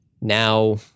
Now